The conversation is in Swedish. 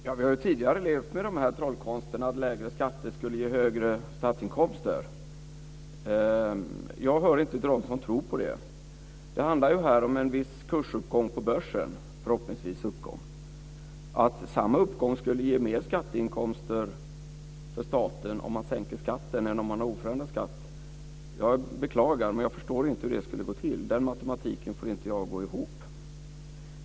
Fru talman! Vi har tidigare levt med trollkonsterna att lägre skatter skulle ge högre statsinkomster. Jag hör inte till dem som tror på det. Det handlar om en viss - förhoppningsvis - uppgång på börsen. Jag beklagar, men jag förstår inte hur det skulle gå till att samma uppgång skulle ge mer skatteinkomster för staten om skatten sänktes än om skatten vore oförändrad. Den matematiken får jag inte att gå ihop.